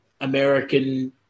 American